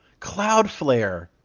Cloudflare